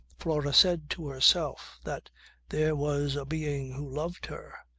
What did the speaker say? flora said to herself that there was a being who loved her.